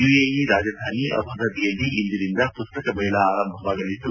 UAE ರಾಜಧಾನಿ ಅಬುದಾಬಿಯಲ್ಲಿ ಇಂದಿನಿಂದ ಪುಸ್ತಕ ಮೇಳ ಆರಂಭವಾಗಲಿದ್ದು